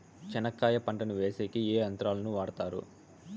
చెనక్కాయ పంటను వేసేకి ఏ యంత్రాలు ను వాడుతారు?